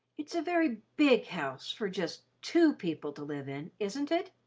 it's a very big house for just two people to live in, isn't it?